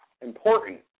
important